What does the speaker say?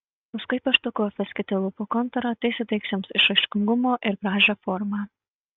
paskui pieštuku apveskite lūpų kontūrą tai suteiks joms išraiškingumo ir gražią formą